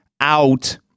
out